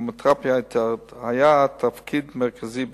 ולכימותרפיה היה תפקיד מרכזי בכך.